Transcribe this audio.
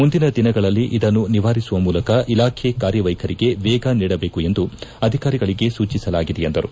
ಮುಂದಿನ ದಿನಗಳಲ್ಲಿ ಇದನ್ನು ನಿವಾರಿಸುವ ಮೂಲಕ ಇಲಾಖೆ ಕಾರ್ಯವೈಖರಿಗೆ ವೇಗ ನೀಡಬೇಕೆಂದು ಅಧಿಕಾರಿಗಳಿಗೆ ಸೂಚಿಸಲಾಗಿದೆ ಎಂದರು